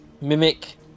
Mimic